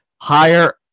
higher